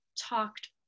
talked